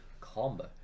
Combo